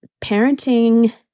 parenting